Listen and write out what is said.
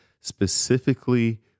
specifically